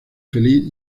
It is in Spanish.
feliz